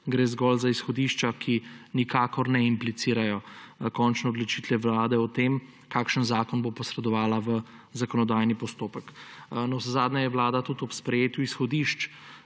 gre zgolj za izhodišča, ki nikakor ne implicirajo končne odločitve vlade o tem, kakšen zakon bo posredovala v zakonodajni postopek. Vlada je hkrati ob sprejetju izhodišč